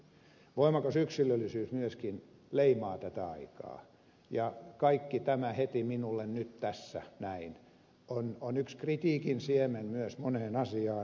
voimakas yksilöllisyys myöskin leimaa tätä aikaa ja kaikki tämä heti minulle nyt tässä näin on yksi kritiikin siemen myös moneen asiaan